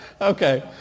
okay